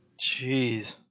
jeez